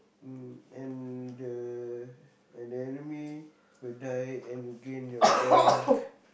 mm and the and the enemy would die and you gain your rank